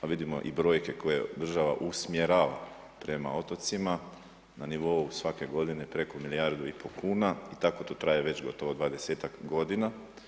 A vidimo i brojke koja država usmjerava prema otocima, na nivou svake godine preko milijardu i pol kuna i tako to traje već gotovo 20ak godina.